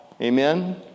Amen